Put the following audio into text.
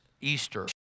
Easter